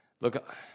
Look